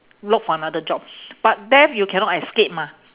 look for another job but death you cannot escape mah